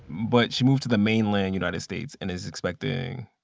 but she moved to the mainland united states and is expecting,